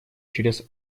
через